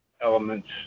elements